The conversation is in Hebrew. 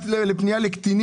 למה לא?